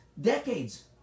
decades